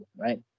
right